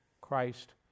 Christ